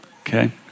Okay